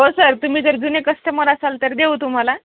हो सर तुमी जर जुने कस्टमर असाल तर देऊ तुम्हाला